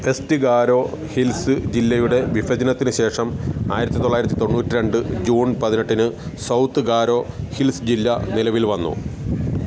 west Garo hills ജില്ലയുടെ വിഭജനത്തിനുശേഷം ആയിരത്തിത്തൊള്ളായിരത്തി തൊണ്ണൂറ്റി രണ്ട് ജൂൺ പതിനെട്ടിന് സൗത്ത് ഗാരോ ഹിൽസ് ജില്ല നിലവിൽ വന്നു